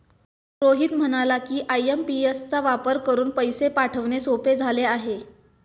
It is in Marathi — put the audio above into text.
रोहित म्हणाला की, आय.एम.पी.एस चा वापर करून पैसे पाठवणे सोपे झाले आहे